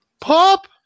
Pop